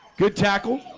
good tackle